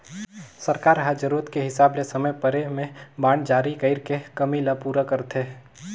सरकार ह जरूरत के हिसाब ले समे परे में बांड जारी कइर के कमी ल पूरा करथे